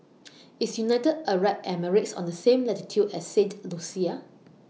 IS United Arab Emirates on The same latitude as Saint Lucia